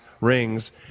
rings